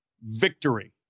victory